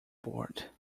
board